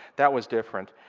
that was different.